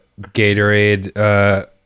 Gatorade